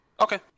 okay